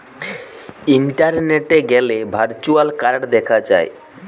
ইন্টারনেটে গ্যালে virtual card দেখা যায়